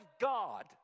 God